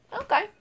Okay